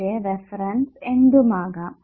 പക്ഷെ റഫറൻസ് എന്തുമാകാം